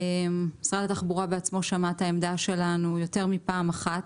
משרד התחבורה עצמו שמע את העמדה שלנו יותר מפעם אחת.